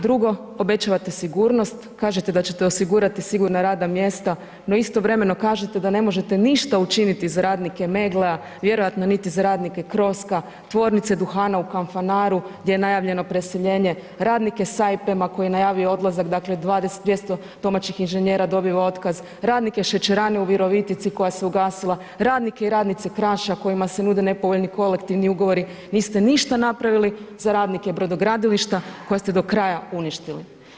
Drugo, obećavate sigurnost kažete da ćete osigurati sigurna radna mjesta, no istovremeno kažete da ne možete ništa učiniti za radnike Meggle-a, vjerojatno niti za radnike Crosca, tvornice duhana u Kanfanaru gdje je najavljeno preseljenje, radnike Saipema koji je najavio odlazak, dakle 200 domaćih inženjera dobiva otkaz, radnike šećerane u Virovitici koja se ugasila, radnike i radnice Kraša kojima se nude nepovoljni kolektivni ugovori, niste ništa napravili za radnike brodogradilišta koje ste do kraja uništili.